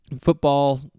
football